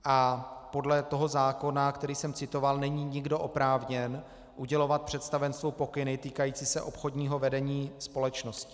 A podle toho zákona, který jsem citoval, není nikdo oprávněn udělovat představenstvu pokyny týkající se obchodního vedení společnosti.